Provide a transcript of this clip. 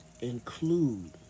include